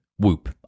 Whoop